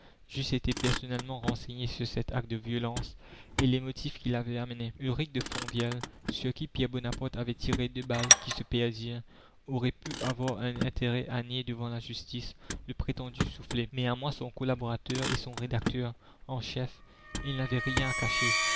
j'eusse été personnellement renseigné sur cet acte de violence et les motifs qui l'avaient amené ulrich de fonvielle sur qui pierre bonaparte avait tiré deux balles qui se perdirent aurait pu avoir un intérêt à nier devant la justice le prétendu soufflet mais à moi son collaborateur et son rédacteur en chef il n'avait rien à cacher